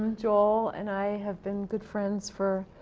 joel and i have been good friends for,